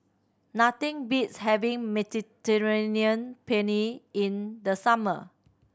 nothing beats having Mediterranean Penne in the summer